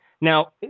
Now